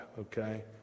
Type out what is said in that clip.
okay